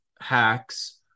hacks